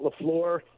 Lafleur